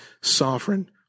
sovereign